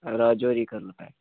راجوٗری کَدلہٕ پیٚٹھ